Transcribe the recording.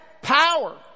power